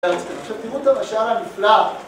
עכשיו תראו את המשל הנפלא